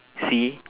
see